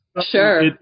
Sure